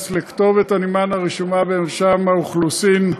לכתובת הנמען הרשומה במרשם האוכלוסין).